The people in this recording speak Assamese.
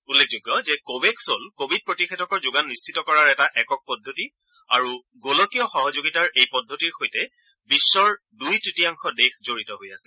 উল্লেখযোগ্য যে কোৰেক্স হ'ল কভিড প্ৰতিষেধকৰ যোগান নিশ্চিত কৰাৰ এটা একক পদ্ধতি আৰু গোলকীয় সহযোগিতাৰ এই পদ্ধতিৰ সৈতেও বিশ্বৰ দুই তৃতীযাংশ দেশ জড়িত হৈ আছে